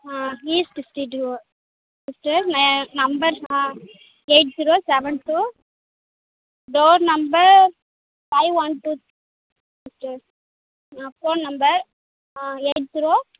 ஆ east street oh sister ஏன் number நான் eight zero seven two door number five one two sister ah phone number ah eight zero